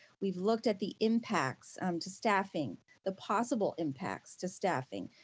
we've looked at the impacts um to staffing, the possible impacts to staffing,